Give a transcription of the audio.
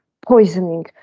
poisoning